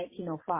1905